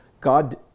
God